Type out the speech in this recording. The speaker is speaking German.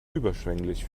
überschwänglich